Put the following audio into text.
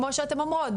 כמו שאתן אומרות,